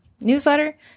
newsletter